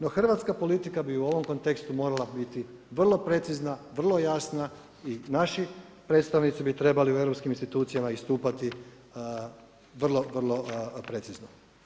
No hrvatska politika bi u ovom kontekstu morala biti vrlo precizna vrlo jasna i naši predstavnici bi trebali u europskim institucijama istupati vrlo, vrlo precizno.